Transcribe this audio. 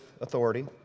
authority